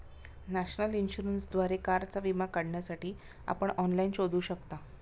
national इन्शुरन्सद्वारे कारचा विमा काढण्यासाठी आपण ऑनलाइन शोधू शकता